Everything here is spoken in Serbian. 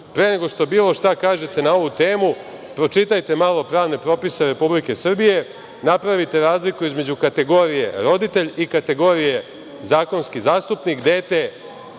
pre nego što bilo šta kažete na ovu temu, pročitajte malo pravne propise Republike Srbije, napravite razliku između kategorije roditelj i kategorije zakonski zastupnik.